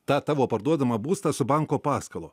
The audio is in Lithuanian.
tą tavo parduodamą būstą su banko paskola